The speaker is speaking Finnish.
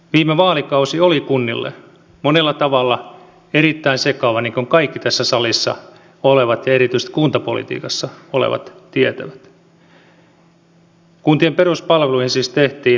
viime vaalikausi oli kunnille monella tavalla erittäin sekava niin kuin kaikki tässä salissa olevat ja erityisesti kuntapolitiikassa olevat tietävät